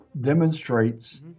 demonstrates